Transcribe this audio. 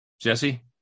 Jesse